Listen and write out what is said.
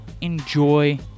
Enjoy